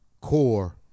core